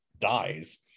dies